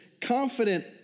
confident